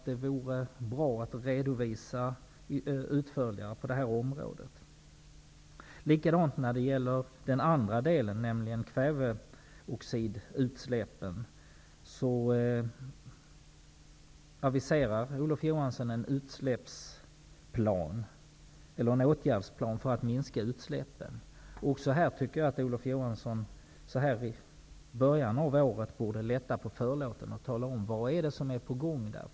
det vore bra med en utförligare redovisning på det här området. Olof Johansson aviserar också en åtgärdsplan för att minska utsläppen av kväveoxider. Även här tycker jag att Olof Johansson, så här i början av året, borde lätta på förlåten och tala om vad som är på gång.